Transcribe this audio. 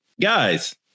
guys